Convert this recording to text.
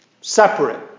Separate